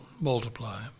multiply